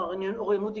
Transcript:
אוריינות דיגיטלית,